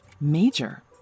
Major